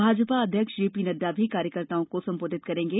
भाजपा अध्यक्ष जेपी नडु भी कार्यकर्ताओं को सम्बोधित करेंगे